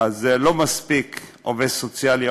אז לזה לא מספיק עובד סוציאלי.